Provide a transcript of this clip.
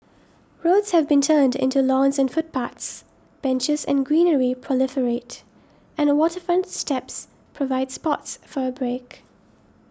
roads have been turned into lawns and footpaths benches and greenery proliferate and waterfronts steps provides spots for a break